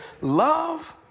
love